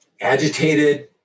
agitated